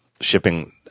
shipping